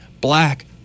black